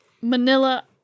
manila